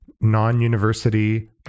non-university